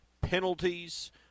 penalties